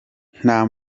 nta